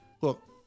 Look